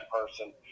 person